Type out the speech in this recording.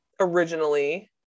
originally